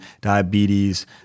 diabetes